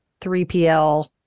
3PL